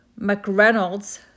McReynolds